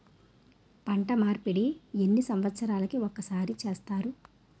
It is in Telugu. పంట మార్పిడి ఎన్ని సంవత్సరాలకి ఒక్కసారి చేస్తారు?